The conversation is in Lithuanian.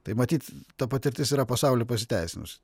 tai matyt ta patirtis yra pasauly pasiteisinus